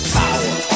power